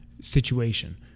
situation